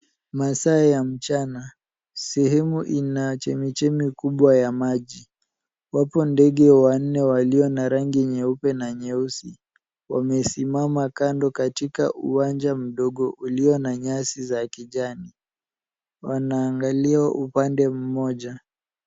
Masaa ya mchana, sehemu ina chemichemi kubwa ya maji, wapo ndege wanne walio na rangi nyeupe na nyeusi. Wamesimama kando katika uwanja mdogo ulio na nyasi za kijani .Wanaangalia upande mmoja.